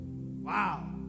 Wow